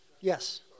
Yes